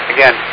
Again